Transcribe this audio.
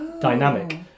dynamic